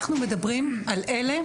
אנחנו מדברים על אלה